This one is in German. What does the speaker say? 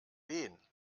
wen